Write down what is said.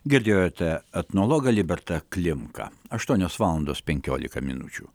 girdėjote etnologą libertą klimką aštuonios valandos penkiolika minučių